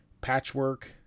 patchwork